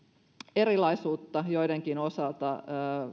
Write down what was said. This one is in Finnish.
erilaisuutta joidenkin osalta